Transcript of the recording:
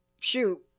Shoot